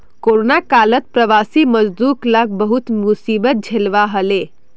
corona कालत प्रवासी मजदूर लाक बहुत मुसीबत झेलवा हले